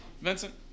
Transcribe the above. Vincent